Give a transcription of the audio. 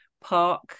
Park